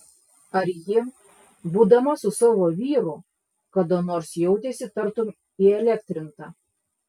ar ji būdama su savo vyru kada nors jautėsi tartum įelektrinta